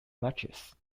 matches